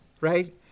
right